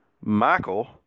Michael